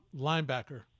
linebacker